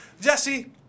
Jesse